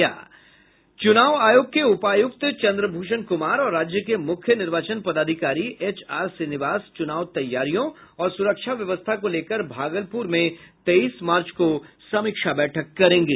चुनाव आयोग के उपायुक्त चन्द्रभूषण कुमार और राज्य के मुख्य निर्वाचन पदाधिकारी एच आर श्रीनिवास चुनाव तैयारियों और सुरक्षा व्यवस्था को लेकर भागलपुर में तेईस मार्च को समीक्षा बैठक करेंगे